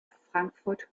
frankfurt